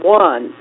one